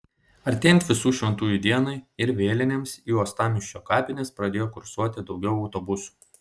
artėjant visų šventųjų dienai ir vėlinėms į uostamiesčio kapines pradėjo kursuoti daugiau autobusų